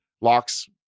locks